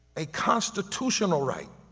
a constitutional right.